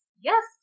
yes